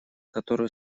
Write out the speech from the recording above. которую